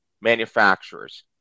manufacturers